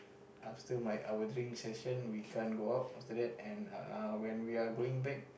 after my our drink session we can't go out after that and uh when we're going back